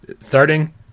starting